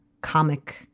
comic